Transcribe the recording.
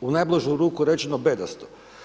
u najblažu ruku rečeno, bedasto.